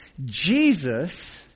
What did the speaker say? Jesus